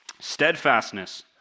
Steadfastness